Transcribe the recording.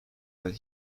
that